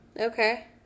okay